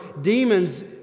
demons